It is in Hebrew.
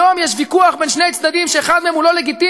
היום יש ויכוח בין שני צדדים שאחד מהם הוא לא לגיטימי,